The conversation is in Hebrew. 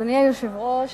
אדוני היושב-ראש,